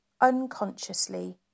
unconsciously